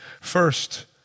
First